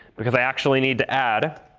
because i actually need to add,